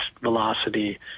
velocity